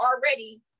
already